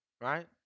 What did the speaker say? Right